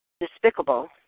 despicable